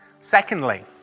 Secondly